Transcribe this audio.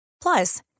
Plus